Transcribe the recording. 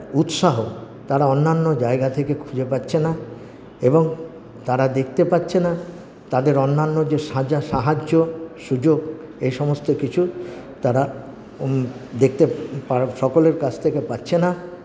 উৎসাহ তারা অন্যান্য জায়গা থেকে খুঁজে পাচ্ছে না এবং তারা দেখতে পাচ্ছে না তাদের অন্যান্য যে সাজা সাহায্য সুযোগ এই সমস্ত কিছু তারা দেখতে পার সকলের কাছ থেকে পাচ্ছে না